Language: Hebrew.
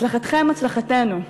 הצלחתכם הצלחתנו.